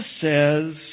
says